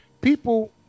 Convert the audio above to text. people